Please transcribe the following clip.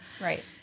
Right